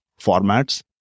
formats